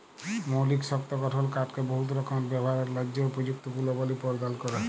মৌলিক শক্ত গঠল কাঠকে বহুত রকমের ব্যাভারের ল্যাযে উপযুক্ত গুলবলি পরদাল ক্যরে